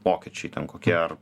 pokyčiai ten kokie ar